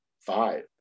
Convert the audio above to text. Five